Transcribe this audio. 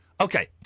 Okay